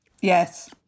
Yes